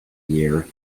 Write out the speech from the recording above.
year